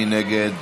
מי נגד?